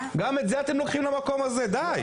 גם את זה אתם לוקחים למקום הזה, די.